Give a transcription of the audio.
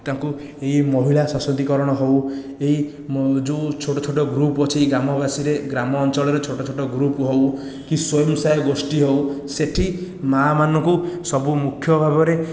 ତାଙ୍କୁ ଏହି ମହିଳା ସଶକ୍ତିକରଣ ହେଉ ଏହି ଯେଉଁ ଛୋଟ ଛୋଟ ଗ୍ରୁପ ଅଛି ଗ୍ରାମ ବାସିରେ ଗ୍ରାମ ଅଞ୍ଚଳରେ ଛୋଟ ଛୋଟ ଗ୍ରୁପ ହେଉ କି ସ୍ବୟଂ ସହାୟକ ଗୋଷ୍ଠୀ ହେଉ ସେଠି ମା'ମାନଙ୍କୁ ସବୁ ମୁଖ୍ୟ ଭାବରେ